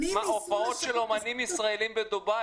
אף אחד לא צפה שיהיו הופעות של אומנים ישראלים בדובאי?